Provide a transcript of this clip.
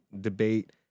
debate